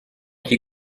qui